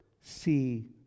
see